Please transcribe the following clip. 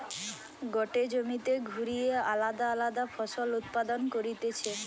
গটে জমিতে ঘুরিয়ে আলদা আলদা ফসল উৎপাদন করতিছে